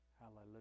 Hallelujah